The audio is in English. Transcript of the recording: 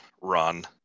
run